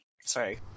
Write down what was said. sorry